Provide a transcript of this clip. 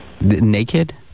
Naked